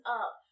up